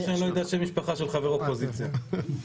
לגבי מה שאופיר העלה,